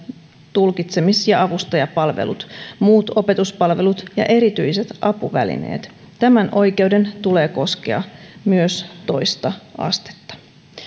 tulkitsemis ja avustajapalvelut muut opetuspalvelut ja erityiset apuvälineet tämän oikeuden tulee koskea myös toista astetta